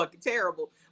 terrible